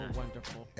wonderful